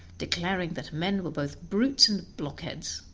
declaring that men were both brutes and blockheads.